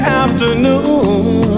afternoon